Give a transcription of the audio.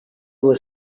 were